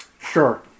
Sure